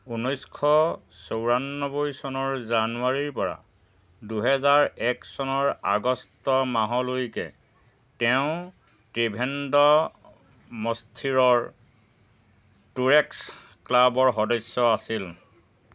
ঊনৈছশ চৌৰানব্বৈ চনৰ জানুৱাৰীৰপৰা দুহেজাৰ এক চনৰ আগষ্ট মাহলৈকে তেওঁ ত্ৰিভেন্দ্ৰ' মস্থিৰৰ টোৰেক্স ক্লাবৰ সদস্য আছিল